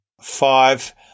Five